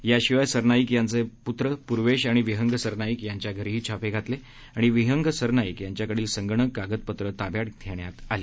याशिवाय सरनाईक यांचे पूत्र पूर्वेश आणि विंहग सरनाईक यांच्या घरीही छापे घातले आणि विहंग सरनाईक यांच्याकडील संगणक कागदपत्रे ताब्यात घेण्यात आली